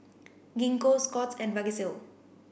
Gingko Scott's and Vagisil